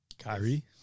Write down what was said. Kyrie